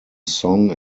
song